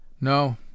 No